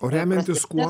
o remiantis kuo